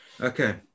Okay